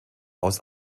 aus